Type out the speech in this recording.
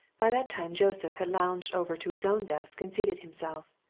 by that time joseph had lounged over to his own desk and seated himself,